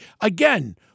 Again